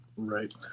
Right